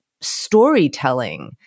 Storytelling